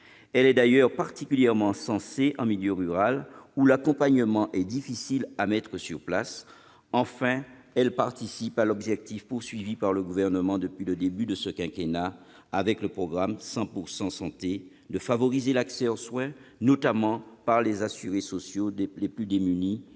Elle est d'ailleurs particulièrement sensée en milieu rural, où l'accompagnement est difficile à mettre en place. Enfin, elle participe à l'objectif du Gouvernement depuis le début de ce quinquennat, avec le programme « 100 % santé », à savoir favoriser l'accès aux soins, notamment pour les assurés sociaux les plus démunis,